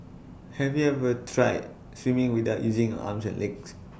have you ever tried swimming without using A arms and legs